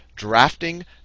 drafting